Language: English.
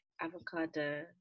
avocado